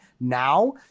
now